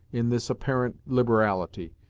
in this apparent liberality,